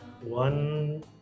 one